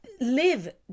live